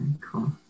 cool